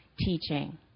teaching